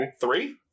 Three